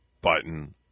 Button